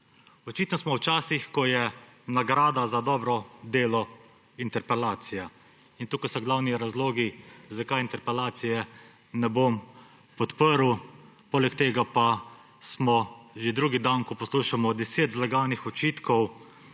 Očitno smo v časih, ko je nagrada za dobro delo interpelacija, in tukaj so glavni razlogi, zakaj interpelacije ne bom podprl. Poleg tega pa smo že drugi dan, ko poslušamo 10 zlaganih očitkov